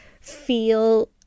feel